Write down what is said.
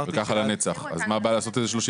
וככה לנצח, אז מה הבעיה לעשות את זה 34?